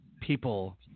people